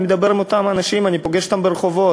אני מדבר עם אותם אנשים, אני פוגש אותם ברחובות,